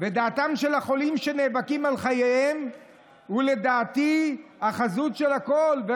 ודעתם של החולים שנאבקים על חייהם היא לדעתי החזות של הכול.